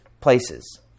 places